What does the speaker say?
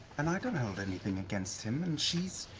and i don't hold anything against him, and she's